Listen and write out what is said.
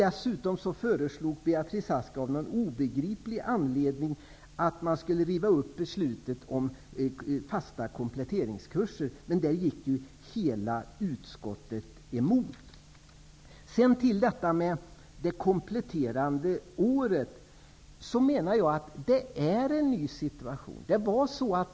Dessutom föreslog Beatrice Ask av någon obegriplig anledning att man skulle riva upp beslutet om fasta kompletteringskurser. Det gick ju hela utskottet emot. När det gäller det kompletterande året vill jag säga att det nu är en ny situation.